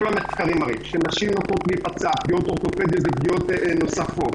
כל המחקרים מראים שנשים נוטות להיפצע פגיעות אורתופדיות ופגיעות נוספות